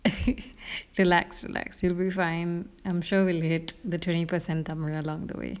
relax relax you'll be fine I'm sure we will hit the twenty percent tamil along the way